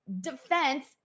defense